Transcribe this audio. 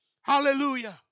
Hallelujah